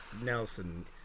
Nelson